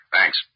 Thanks